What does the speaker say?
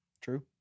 True